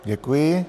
Děkuji.